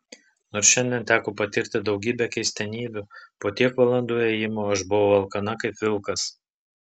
nors šiandien teko patirti daugybę keistenybių po tiek valandų ėjimo aš buvau alkana kaip vilkas